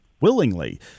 willingly